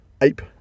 ape